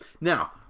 Now